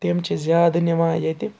تِم چھِ زیادٕ نِوان ییٚتہِ